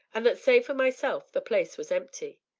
and that save for myself the place was empty.